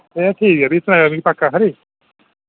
एह् ठीक ऐ भी सनायो मिगी पक्का खरा